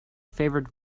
favored